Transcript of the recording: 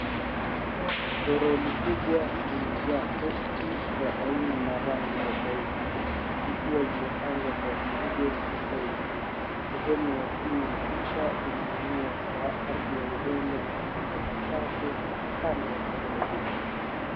Toroli kubwa limejaa soksi za aina na rangi tofauti zikiwa zimepagwa kwa fujo sokoni. Sehemu ya chini ya picha inaonyesha ardhi ya udongo na takataka chache kando ya toroli.